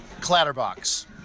Clatterbox